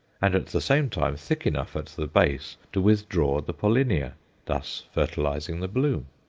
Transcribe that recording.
and at the same time thick enough at the base to withdraw the pollinia thus fertilizing the bloom.